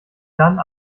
dann